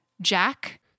Jack